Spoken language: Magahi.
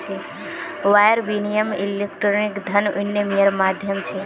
वायर विनियम इलेक्ट्रॉनिक धन विनियम्मेर माध्यम छ